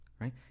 right